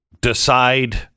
decide